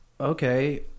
Okay